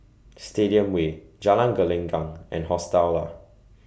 Stadium Way Jalan Gelenggang and Hostel Lah